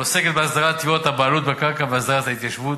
העוסקת בהסדרת תביעות הבעלות בקרקע והסדרת ההתיישבות,